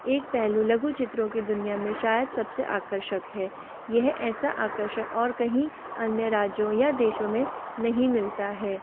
एक पहलू लघु चित्रों की दुनिया में शायद सबसे आकर्षक है यह ऐसा आकर्षक और कहीं अन्य राज्यों या देशों में नहीं मिलता है